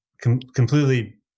completely